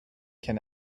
can